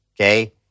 okay